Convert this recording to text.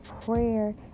prayer